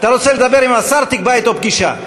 אתה רוצה לדבר עם השר, תקבע אתו פגישה.